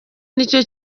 nicyo